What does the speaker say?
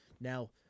Now